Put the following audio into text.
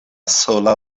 sola